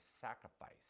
sacrifice